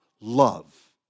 love